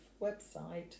website